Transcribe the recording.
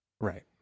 Right